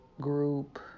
group